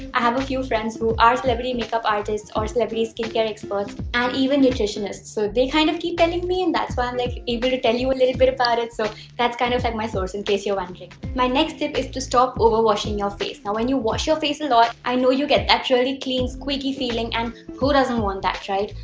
i have a few friends who are celebrity makeup artists or celebrities skincare experts and even nutritionists. so they kind of keep telling me and that's why i'm like able to tell you a little bit about it. so that's kind of like my source, in case you're wondering. my next tip is to stop over-washing your face. now, when you wash your face and i know you get that really clean, squeaky feeling, and who doesn't want that, right?